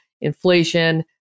Inflation